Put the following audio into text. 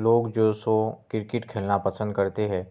لوگ جو سو کرکٹ کھیلنا پسند کرتے ہے